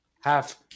half